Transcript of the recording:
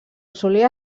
solia